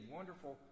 wonderful